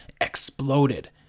exploded